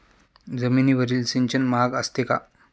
जमिनीवरील सिंचन महाग असते का?